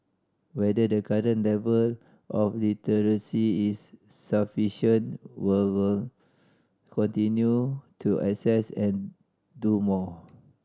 whether the current level of literacy is sufficient will were continue to assess and do more